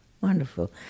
Wonderful